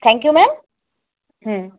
thank you ma'am hmm